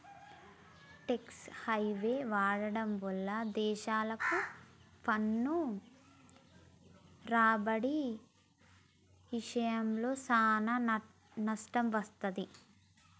tax హెవెన్ని వాడటం వల్ల దేశాలకు పన్ను రాబడి ఇషయంలో చానా నష్టం వత్తది